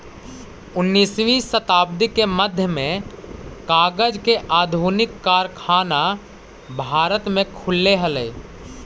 उन्नीसवीं शताब्दी के मध्य में कागज के आधुनिक कारखाना भारत में खुलले हलई